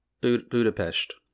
Budapest